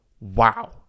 wow